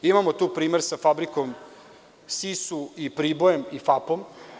Imamo tu primer sa fabrikom SISU, „Pribojem“ i FAP.